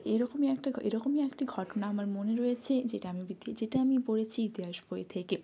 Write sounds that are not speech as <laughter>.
এরকমই একটা এরকমই একটি ঘটনা আমার মনে রয়েছে যেটা আমি <unintelligible> যেটা আমি পড়েছি ইতিহাস বই থেকে